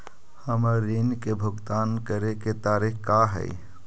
हमर ऋण के भुगतान करे के तारीख का हई?